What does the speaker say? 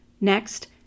Next